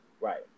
Right